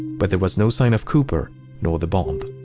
but there was no sign of cooper nor the bomb.